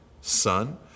son